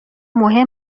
مهم